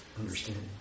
understanding